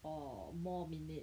or more minutes